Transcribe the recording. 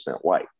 white